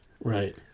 Right